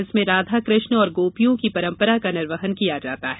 इसमें राधा कृष्ण और गोपियों की परम्परा का निर्वहन किया जाता है